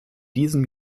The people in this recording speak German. diesem